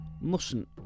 Mustn't